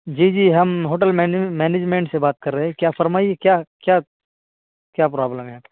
جی جی ہم hotel management سے بات کر رہے ہیں کیا فرمائیے کیا کیا کیا پرابلم ہے